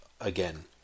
again